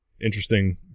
interesting